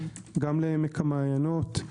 גם לעמק המעיינות,